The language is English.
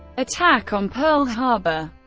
attack on pearl harbor